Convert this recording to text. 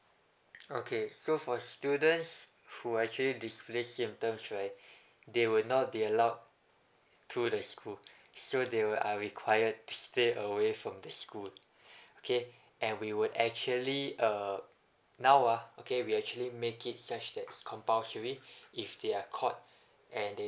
okay so for students who actually display symptoms right they will not be allowed to the school so they were are required to stay away from the school okay and we would actually uh now ah okay we actually make it such that it's compulsory if they are caught and they